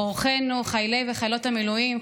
אורחינו חיילי וחיילות המילואים.